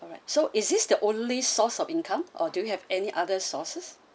alright so is this the only source of income or do you have any other sources